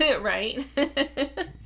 Right